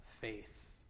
faith